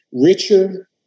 richer